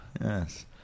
Yes